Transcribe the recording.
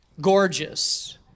gorgeous